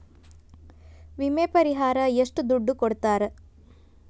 ವಿಮೆ ಪರಿಹಾರ ಎಷ್ಟ ದುಡ್ಡ ಕೊಡ್ತಾರ?